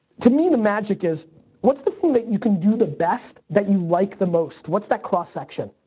to me the magic is what's the thing that you can do the best that you like the most? what's that cross section?